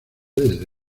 desde